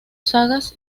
sagas